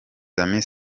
amis